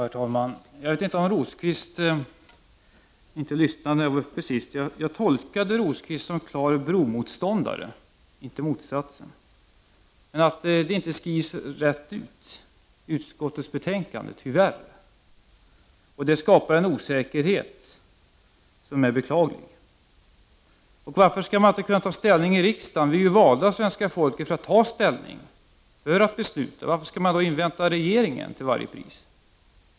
Herr talman! Jag vet inte om Birger Rosqvist lyssnade riktigt till vad jag sade. Jag tolkade Birger Rosqvist som en klar bromotståndare — inte motsatsen. Men det sägs tyvärr inte klart ut i utskottsbetänkandet. Det skapar en osäkerhet som är beklaglig. Varför skall vi i riksdagen inte kunna ta ställning? Vi är valda av svenska folket för att ta ställning och fatta beslut. Varför skall vi då till varje pris invänta förslag från regeringen?